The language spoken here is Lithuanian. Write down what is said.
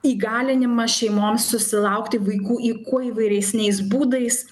įgalinimas šeimoms susilaukti vaikų į kuo įvairesniais būdais